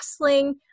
wrestling